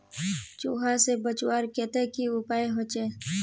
चूहा से बचवार केते की उपाय होचे?